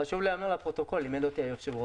חשוב לומר לפרוטוקול, כפי שלימד אותי היושב-ראש.